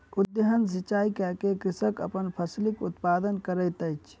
उद्वहन सिचाई कय के कृषक अपन फसिलक उत्पादन करैत अछि